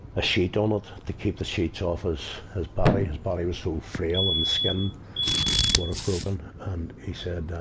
a sheet on it to keep the sheet off his, his body his body was so frail and the skin would have broken. and he said,